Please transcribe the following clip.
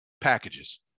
packages